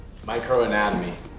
Microanatomy